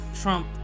Trump